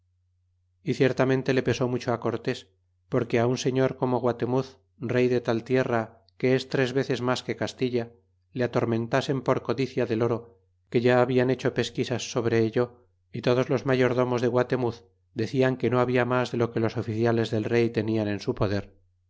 y ciertamente le pesó mucho á cortés porque un señor como guatemuz rey de tal tierra que es tres veres mas que castilla le atormentasen por codicia del oro que ya hablan hecho pesquisas sobre ello y todos los mayordomos de guatemuz decian que no habla mas de lo que los oficiales del rey tenian en su poder